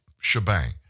shebang